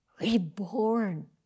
reborn